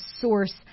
source